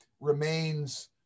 remains